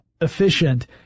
efficient